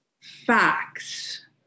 Facts